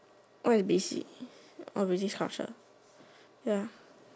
what is basic oh ready courses ya